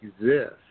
exist